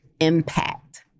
impact